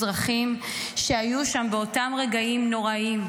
אזרחים שהיו שם באותם רגעים נוראיים,